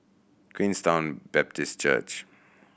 Queenstown Baptist Church